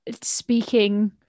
speaking